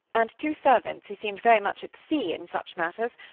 and two servants who seemed very much at sea in such matters,